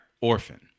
orphan